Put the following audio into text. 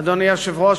אדוני היושב-ראש,